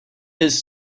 his